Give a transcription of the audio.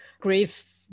Grief